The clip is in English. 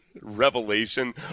revelation